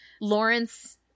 Lawrence